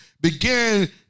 began